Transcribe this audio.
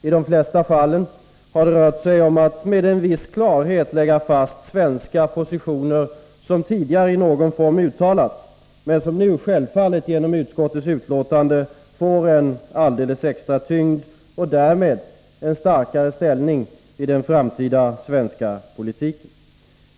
I de flesta fallen har det rört sig om att med en viss klarhet lägga fast svenska positioner som tidigare i någon form uttalats men som nu självklart genom utskottets betänkande får en alldeles extra tyngd och därmed en starkare ställning i den framtida svenska politiken.